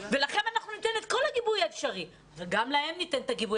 אנחנו ניתן לכם את כל הגיבוי האפשרי וגם להם ניתן את הגיבוי